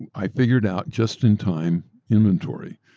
i figured out just-in-time inventory.